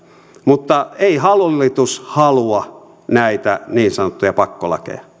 mutta ei hallitus halua näitä niin sanottuja pakkolakeja